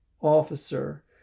officer